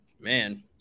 Man